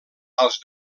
als